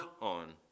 on